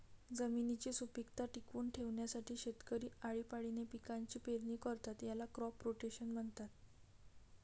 जमिनीची सुपीकता टिकवून ठेवण्यासाठी शेतकरी आळीपाळीने पिकांची पेरणी करतात, याला क्रॉप रोटेशन म्हणतात